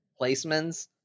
placements